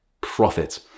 profit